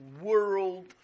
world